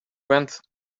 went